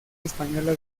española